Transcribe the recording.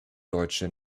deutsche